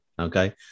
okay